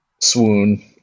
Swoon